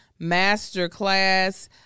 Masterclass